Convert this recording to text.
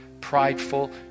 Prideful